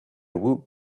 woot